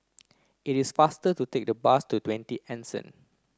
it is faster to take the bus to Twenty Anson